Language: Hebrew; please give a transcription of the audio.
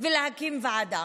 ולהקים ועדה.